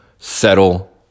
settle